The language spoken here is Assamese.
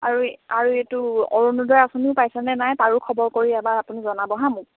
আৰু আৰু এইটো অৰুণোদয় আঁচনিও পাইছেনে নাই তাৰো খবৰ কৰি এবাৰ আপুনি জনাব হা মোক